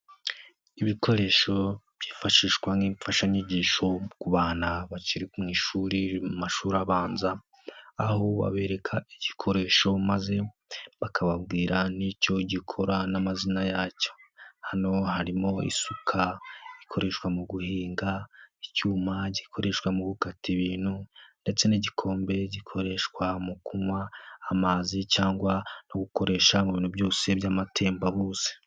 Ibikoresho byifashishwa nk'imfashanyigisho ku bana bakiri mu ishuri mu mashuri abanza, aho babereka igikoresho maze bakababwira n'icyo gikora n'amazina yacyo, hano harimo isuka ikoreshwa mu guhinga, icyuma gikoreshwa mu gukata ibintu ndetse n'igikombe gikoreshwa mu kunywa amazi cyangwa no gukoresha mu bintu byose by'amatembabuzi.